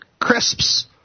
crisps